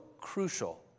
crucial